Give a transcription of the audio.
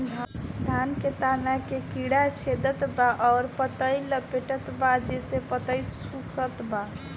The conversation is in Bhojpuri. धान के तना के कीड़ा छेदत बा अउर पतई लपेटतबा जेसे पतई सूखत बा?